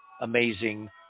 amazing